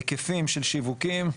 היקפים של שיווקים.